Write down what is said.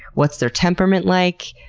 what's their temperament like?